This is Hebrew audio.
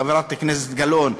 חברת הכנסת גלאון,